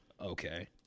Okay